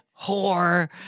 whore